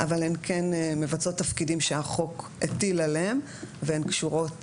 אבל הן כן מבצעות תפקידים שהחוק הטיל עליהן והן קשורות